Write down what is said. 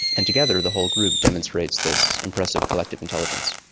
and together the whole group demonstrates this impressive collective intelligence.